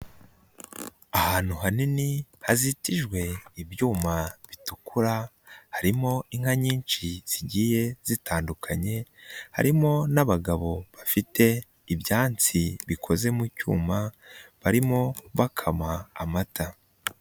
Ahantu hanini hazitijwe ibyuma bitukura, harimo inka nyinshi zigiye zitandukanye, harimo n'abagabo bafite ibyansi bikoze mu cyuma, barimo bakama amata.